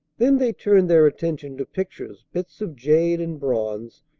then they turned their attention to pictures, bits of jade and bronze,